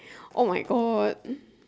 oh-my-god